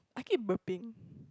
I keep burping